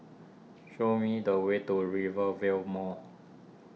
show me the way to Rivervale Mall